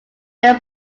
their